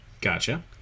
Gotcha